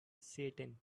satan